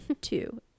two